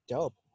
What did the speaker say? Dope